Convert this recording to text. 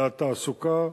לתעסוקה,